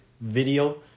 video